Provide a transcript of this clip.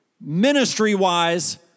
ministry-wise